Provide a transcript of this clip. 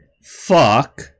Fuck